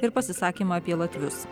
ir pasisakymą apie latvius